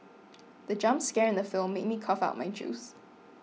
the jump scare in the film made me cough out my juice